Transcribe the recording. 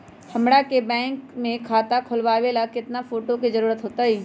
हमरा के बैंक में खाता खोलबाबे ला केतना फोटो के जरूरत होतई?